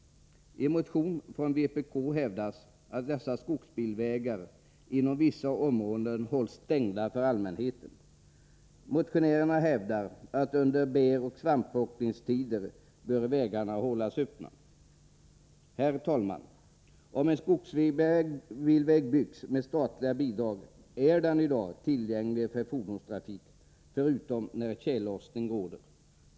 I en motion från vpk hävdas att skogsbilvägar inom vissa områden hålls stängda för allmänheten. Motionärerna hävdar att vägarna bör hållas öppna under bäroch svampplockningstider. Herr talman! Om en skogsbilväg byggs med statliga bidrag är den tillgänglig för fordonstrafik utom när tjällossning råder.